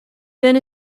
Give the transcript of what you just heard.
then